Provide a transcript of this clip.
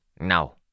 No